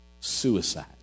suicide